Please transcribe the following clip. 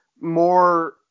more